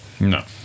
No